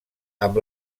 amb